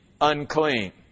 unclean